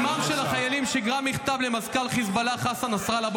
אימם של המחבלים שיגרה מכתב למזכ"ל חיזבאללה חסן נסראללה,